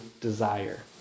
desire